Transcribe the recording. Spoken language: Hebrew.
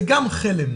זה גם חלם.